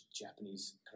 Japanese